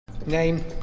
Name